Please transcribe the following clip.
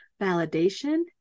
validation